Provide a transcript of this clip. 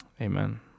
Amen